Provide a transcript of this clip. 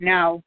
Now